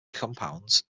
compounds